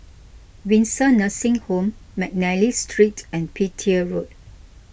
Windsor Nursing Home McNally Street and Petir Road